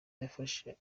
yafashe